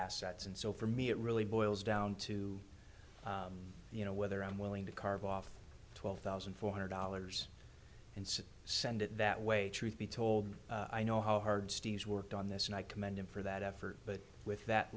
assets and so for me it really boils down to you know whether i'm willing to carve off twelve thousand four hundred dollars and send it that way truth be told i know how hard steve's worked on this and i commend him for that effort but with that